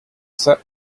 sat